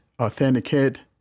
authenticate